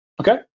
Okay